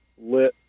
lit